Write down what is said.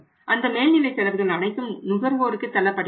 அந்த மேல்நிலை செலவுகள் அனைத்தும் நுகர்வோருக்கு தள்ளப்படுகிறது